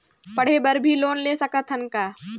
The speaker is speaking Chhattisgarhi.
पढ़े बर भी लोन ले सकत हन का?